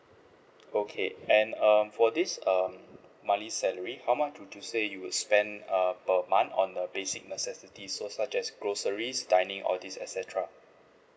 okay and um for this um monthly salary how much would you say you would spend uh per month on the basic necessities so such as groceries dining all these et cetera